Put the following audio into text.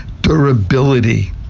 durability